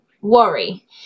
worry